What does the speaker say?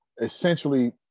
essentially